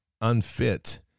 unfit